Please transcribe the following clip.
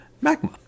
magma